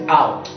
out